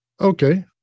Okay